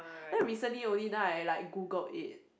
then recently only like I Google it